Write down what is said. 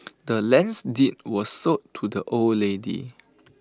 the land's deed was sold to the old lady